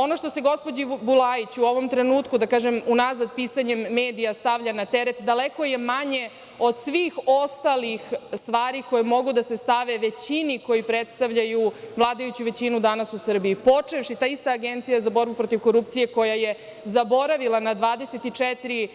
Ono što se gospođi Bulajić u ovom trenutku, da kažem, unazad pisanjem medija stavlja na teret daleko je manje od svih ostalih stvari koje mogu da se stave većini koju predstavljaju vladajuću većinu danas u Srbiji, počevši, ta ista Agencija za borbu protiv korupcije, koja je zaboravila na 24